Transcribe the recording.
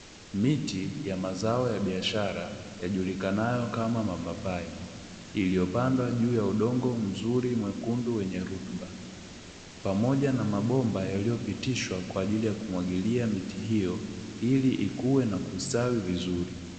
Miti ya mazao ya biashara yajulikanayo kama mapapai, ilyopandwa juu ya udongo mzuri mwekundu wenye rutuba. Pamoja na mabomba yaliyopitishwa kwa ajili ya kumwagilia miti hiyo, ili ikue na kustawi vizuri.